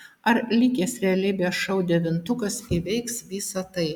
ar likęs realybės šou devintukas įveiks visa tai